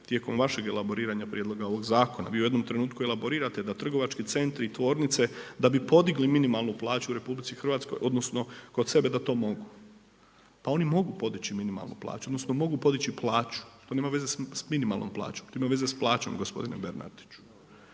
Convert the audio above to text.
tijekom vašeg elaboriranja prijedloga ovoga zakona. Vi u jednom trenutku elaborirate da trgovački centri i tvornice da bi podigli minimalnu plaću u RH odnosno kod sebe da to mogu. Pa oni mogu podići minimalnu plaću, odnosno mogu podići plaću, to nema veze sa minimalnom plaćom, to ima veze sa plaćom gospodine Bernardiću.